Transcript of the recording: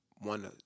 one